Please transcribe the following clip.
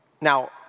Now